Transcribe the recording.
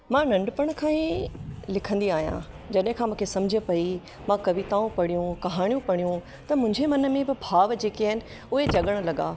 मां नंढपण खां ई लिखंदी आहियां जॾहिं खां मुखे सम्झ पई मां कविताऊं पढ़ियूं कहाणियूं पढ़ियूं त मुंहिंजे मन में बि भाव जेके आहिनि उहे जॻण लॻा